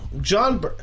John